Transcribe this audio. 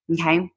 Okay